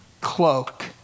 cloak